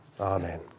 Amen